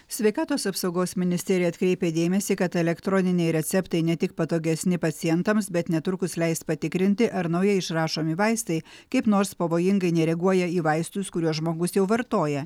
sveikatos apsaugos ministerija atkreipia dėmesį kad elektroniniai receptai ne tik patogesni pacientams bet netrukus leis patikrinti ar naujai išrašomi vaistai kaip nors pavojingai nereaguoja į vaistus kuriuos žmogus jau vartoja